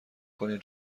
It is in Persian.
کنیم